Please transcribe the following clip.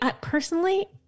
Personally